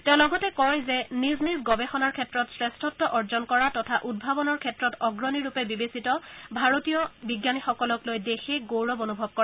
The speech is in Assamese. তেওঁ লগতে নিজ নিজ গৱেষণাৰ ক্ষেত্ৰত শ্ৰেষ্ঠত্ব অৰ্জন কৰা তথা উদ্ভাৱনৰ ক্ষেত্ৰত অগ্ৰণীৰূপে বিবেচিত ভাৰতীয় বিজ্ঞানীসকলক লৈ দেশে গৌৰৱ অনুভৱ কৰে